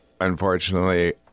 unfortunately